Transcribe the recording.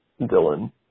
Dylan